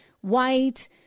white